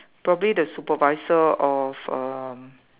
probably the supervisor of a